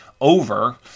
over